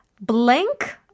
blank